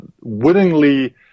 willingly